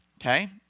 okay